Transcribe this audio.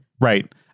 Right